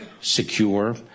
secure